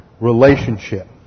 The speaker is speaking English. relationship